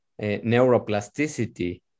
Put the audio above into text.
neuroplasticity